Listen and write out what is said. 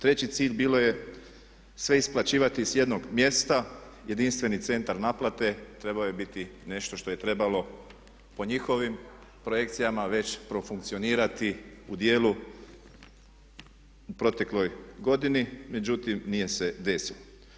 Treći cilj bilo je sve isplaćivati s jednog mjesta, jedinstveni centar naplate trebao je biti nešto što je trebalo po njihovim projekcijama već profunkcionirati u djelu u protekloj godini, međutim nije se desilo.